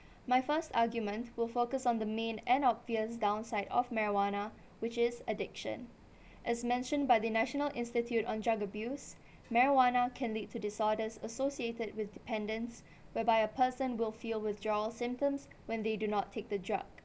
my first argument will focus on the main and obvious downside of marijuana which is addiction as mentioned by the national institute on drug abuse marijuana can lead to disorders associated with dependence whereby a person will feel withdrawal symptoms when they do not take the drug